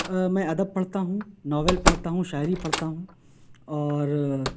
میں ادب پڑھتا ہوں ناول پڑھتا ہوں شاعری پڑھتا ہوں اور